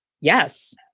yes